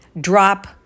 drop